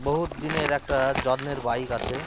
বহুত দিনের একটা যত্নের বাইক আছে